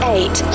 Eight